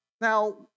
Now